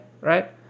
right